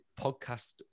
podcast